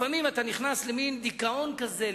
לפעמים אתה נכנס למין דיכאון כזה,